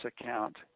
account